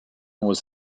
was